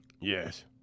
Yes